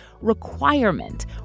requirement